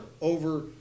over